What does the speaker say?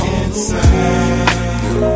inside